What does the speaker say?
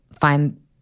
find